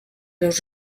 los